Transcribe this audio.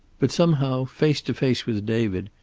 but somehow, face to face with david,